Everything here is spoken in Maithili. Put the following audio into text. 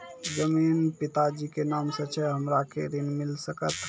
जमीन पिता जी के नाम से छै हमरा के ऋण मिल सकत?